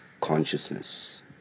consciousness